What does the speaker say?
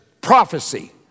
prophecy